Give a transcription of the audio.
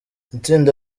itsinda